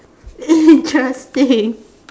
interesting